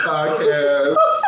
Podcast